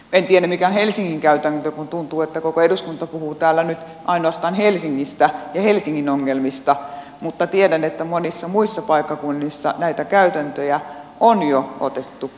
en tiedä mikä on helsingin käytäntö kun tuntuu että koko eduskunta puhuu täällä nyt ainoastaan helsingistä ja helsingin ongelmista mutta tiedän että monilla muilla paikkakunnilla näitä käytäntöjä on jo otettu käyttöön